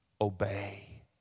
obey